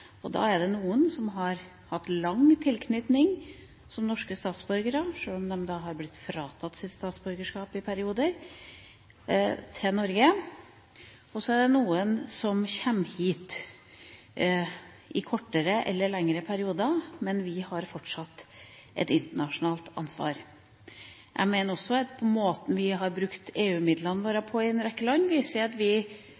og da er det noen som har hatt lang tilknytning som norske statsborgere – sjøl om de har blitt fratatt sitt statsborgerskap i perioder – til Norge, og så er det noen som kommer hit for kortere eller lengre perioder, men vi har fortsatt et internasjonalt ansvar. Jeg mener også at måten vi har brukt EU-midlene våre